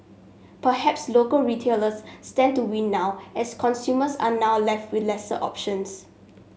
perhaps local retailers stand to win now as consumers are now left with lesser options